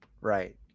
Right